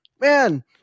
man